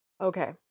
Okay